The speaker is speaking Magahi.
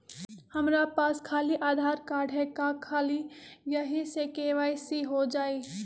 हमरा पास खाली आधार कार्ड है, का ख़ाली यही से के.वाई.सी हो जाइ?